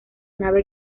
nave